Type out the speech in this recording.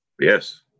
yes